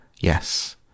Yes